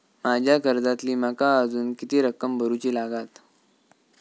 माझ्या कर्जातली माका अजून किती रक्कम भरुची लागात?